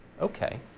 Okay